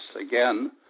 again